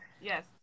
Yes